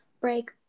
break